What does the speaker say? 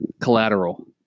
Collateral